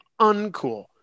uncool